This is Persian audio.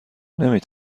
نمی